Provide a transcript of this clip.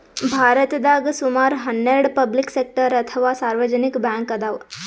ಭಾರತದಾಗ್ ಸುಮಾರ್ ಹನ್ನೆರಡ್ ಪಬ್ಲಿಕ್ ಸೆಕ್ಟರ್ ಅಥವಾ ಸಾರ್ವಜನಿಕ್ ಬ್ಯಾಂಕ್ ಅದಾವ್